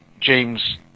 James